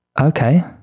Okay